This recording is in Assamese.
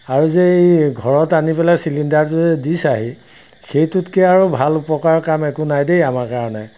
আৰু যে এই ঘৰত আনি পেলাই চিলিণ্ডাৰটো যে দিছাহি সেইটোতকৈ আৰু ভাল উপকাৰ কাম একো নাই দেই আমাৰ কাৰণে